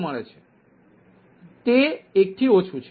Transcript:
તે 1 થી ઓછું છે